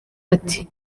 ati